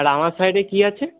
আর আমার সাইডে কী আছে